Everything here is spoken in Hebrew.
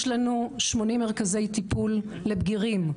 יש לנו שמונים מרכזי טיפול לבגירים,